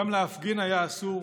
גם להפגין היה אסור.